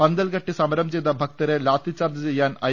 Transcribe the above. പന്തൽകെട്ടി സമരം ചെയ്ത ഭക്തരെ ലാത്തിച്ചാർജ് ചെയ്യാൻ ഐ